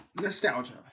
Nostalgia